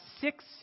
six